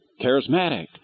charismatic